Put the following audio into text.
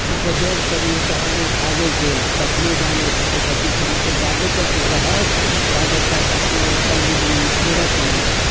तऽ उपद्रव करियौ तहन ओ भागै छै तखने जान ओहिठामसँ बचै छै नहितऽ जाबे तक ओ रहत ताबे तक ओ कल्याण छोड़त नहि